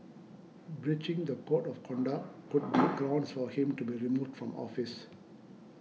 breaching the code of conduct could be grounds for him to be removed from office